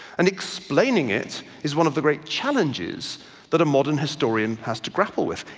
and explaining it is one of the great challenges that a modern historian has to grapple with.